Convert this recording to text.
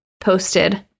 posted